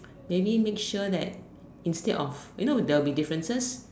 maybe make sure that instead of you know there will be differences